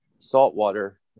saltwater